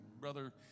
Brother